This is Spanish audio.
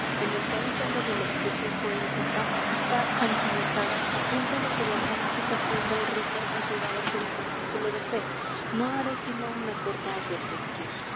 en el país en donde la expresión poética está anquilosada a punto de que la momificación del ritmo ha llegado a ser un artículo de fe no haré sino una corta advertencia